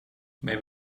maybe